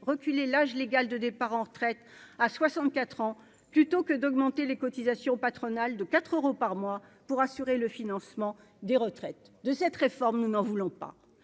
reculer l'âge légal de départ en retraite à 64 ans, plutôt que d'augmenter les cotisations patronales de quatre euros par mois pour assurer le financement des retraites de cette réforme, nous n'en voulons pas